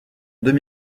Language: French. deux